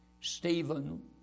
Stephen